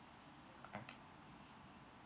okay